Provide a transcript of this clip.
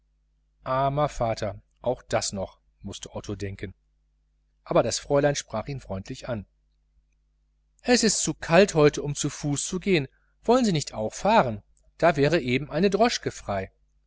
armer vater auch das noch mußte otto denken aber das fräulein sprach ihn freundlich an es ist zu kalt heute um zu fuß zu gehen wollen sie nicht auch fahren da wäre eben eine droschke frei